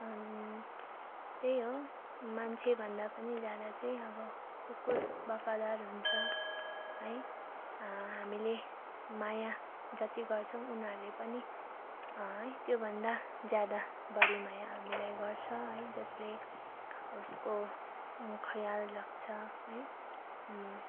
on त्यही हो मान्छे भन्दा पनि ज्यादा चाहिँ अब कुकुर बफादार हुन्छ है हामीले माया जति गर्छौँ उनीहरूले पनि है त्योभन्दा ज्यादा बढी माया हामीलाई गर्छ है जसले उसको खयाल राख्छ है